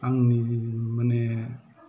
आंनि माने